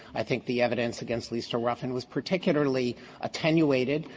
i think the evidence against lisa ruffin was particularly attenuated,